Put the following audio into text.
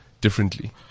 differently